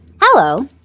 Hello